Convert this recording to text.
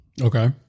Okay